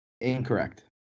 Incorrect